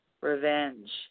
revenge